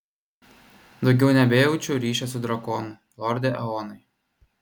daugiau nebejaučiu ryšio su drakonu lorde eonai